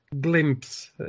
glimpse